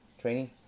Training